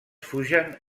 fugen